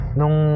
nung